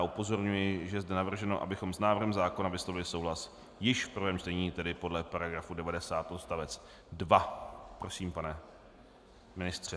Upozorňuji, že je zde navrženo, abychom s návrhem zákona vyslovili souhlas již v prvém čtení, tedy podle § 90 odst. 2. Prosím, pane ministře.